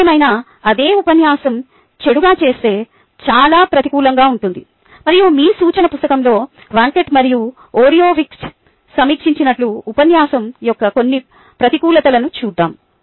ఏదేమైనా అదే ఉపన్యాసం చెడుగా చేస్తే చాలా ప్రతికూలంగా ఉంటుంది మరియు మీ సూచన పుస్తకంలో వాంకట్ మరియు ఒరియోవిక్జ్ సమీక్షించినట్లు ఉపన్యాసం యొక్క కొన్ని ప్రతికూలతలను చూద్దాం